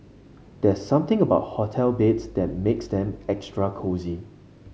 there's something about hotel beds that makes them extra cosy